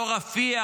לא רפיח,